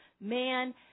man